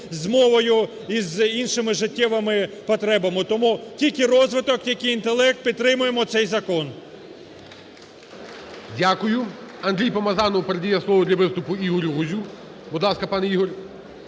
з мовою і з іншими життєвими потребами. Тому тільки розвиток, тільки інтелект підтримуємо цей закон. ГОЛОВУЮЧИЙ. Дякую. Андрій Помазанов передає слово для виступу Ігорю Гузю. Будь ласка, пане Ігорю.